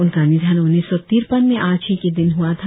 उनका निधन उन्नीस सौ तिरपन में आज ही के दिन हुआ था